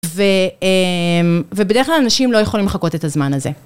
ובדרך כלל אנשים לא יכולים לחכות את הזמן הזה.